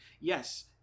Yes